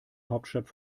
hauptstadt